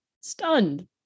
stunned